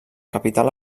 capital